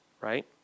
right